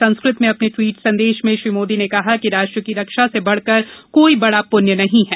संस्कृत में अपने ट्वीट संदेश में श्री मोदी ने कहा है कि राष्ट्र की रक्षा से बढ़ कर कोई बड़ा पुण्य नहीं है